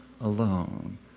alone